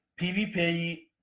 PvP